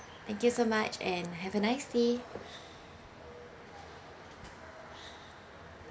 thank you so much and have a nice day